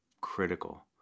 critical